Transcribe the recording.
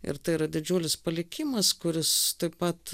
ir tai yra didžiulis palikimas kuris taip pat